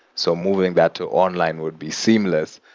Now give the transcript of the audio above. so moving that to online would be seamless,